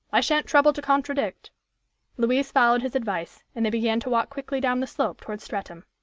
i shan't trouble to contradict louise followed his advice, and they began to walk quickly down the slope towards streatham.